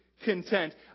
content